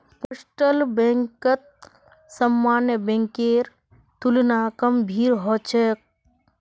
postal बैंकत सामान्य बैंकेर तुलना कम भीड़ ह छेक